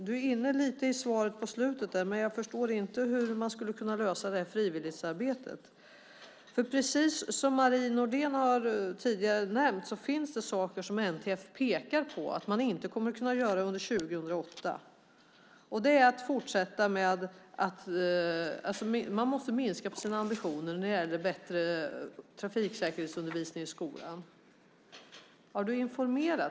Du är inne lite på det i svaret på slutet, men jag förstår inte hur man skulle kunna lösa frivilligarbetet. Precis som Marie Nordén tidigare har nämnt finns det saker som NTF pekar på att man inte kommer att kunna göra under 2008. Man måste minska på sina ambitioner när det gäller bättre trafiksäkerhetsundervisning i skolan.